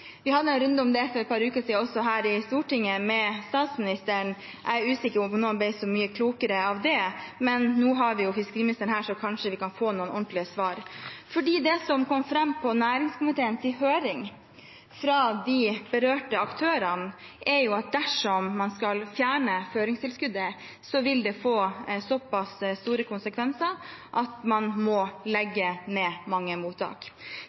Vi hadde en runde om det for noen uker siden også her i Stortinget, med statsministeren. Jeg er usikker på om noen ble så mye klokere av det, men nå har vi jo fiskeriministeren her, så kanskje vi kan få noen ordentlige svar. For det som kom fram på næringskomiteens høring fra de berørte aktørene, var at dersom man skal fjerne føringstilskuddet, vil det få såpass store konsekvenser at man må legge ned mange mottak.